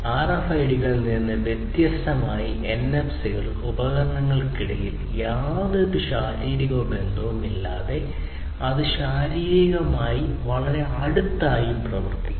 ആർഎഫ്ഐഡികളിൽ നിന്ന് വ്യത്യസ്തമായി എൻഎഫ്സികൾ ഉപകരണങ്ങൾക്കിടയിൽ യാതൊരു ശാരീരിക ബന്ധവുമില്ലാതെ ഏത് ശാരീരികവുമായും വളരെ അടുത്തായി പ്രവർത്തിക്കും